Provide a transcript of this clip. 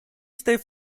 state